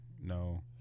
no